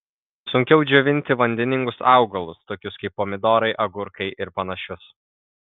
sunkiau džiovinti vandeningus augalus tokius kaip pomidorai agurkai ir panašius